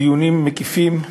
דיונים מקיפים,